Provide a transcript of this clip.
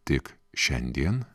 tik šiandien